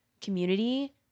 community